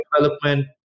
development